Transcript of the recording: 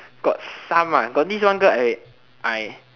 got some got this one girl I I